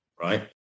right